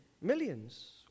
millions